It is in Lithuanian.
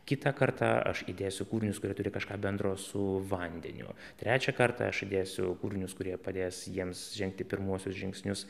kitą kartą aš įdėsiu kūrinius kurie turi kažką bendro su vandeniu trečią kartą aš įdėsiu kūrinius kurie padės jiems žengti pirmuosius žingsnius